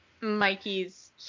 Mikey's